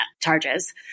charges